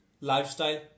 lifestyle